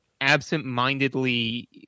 absentmindedly